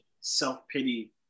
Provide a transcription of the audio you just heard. self-pity